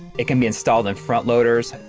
it can be installed in front-loaders,